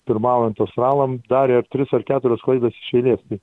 pirmaujant australam darė ar tris ar keturias klaidas iš eilės tai